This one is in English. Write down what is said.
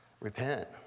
Repent